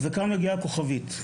כאן מגיעה הכוכבית,